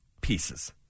pieces